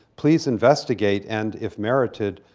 please investigate and, if merited,